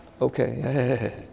Okay